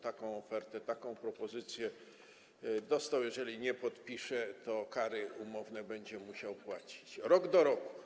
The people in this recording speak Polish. Taką ofertę, taką propozycję dostał, a jeżeli nie podpisze, to kary umowne będzie musiał płacić rok do roku.